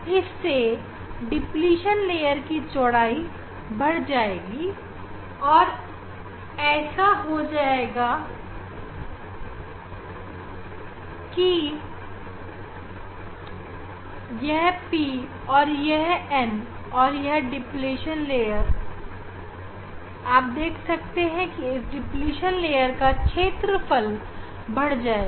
इससे depletion layer की चौड़ाई बढ़ जाएगी और यह ऐसा हो जाएगा अब यह p और यह n और यह डिप्लीशन लेयर है और आप देख सकते हैं कि डिप्लीशन लेयर का क्षेत्र फल बढ़ गया है